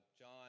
John